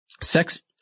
sex